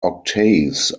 octaves